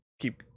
keep